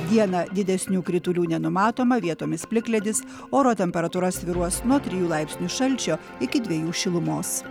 dieną didesnių kritulių nenumatoma vietomis plikledis oro temperatūra svyruos nuo trijų laipsnių šalčio iki dvejų šilumos